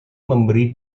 memberi